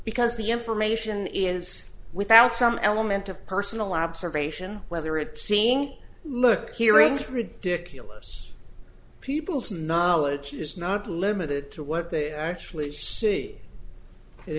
because the information is without some element of personal observation whether it's seeing look here it's ridiculous people's knowledge is not limited to what they actually see it